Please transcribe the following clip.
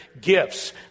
gifts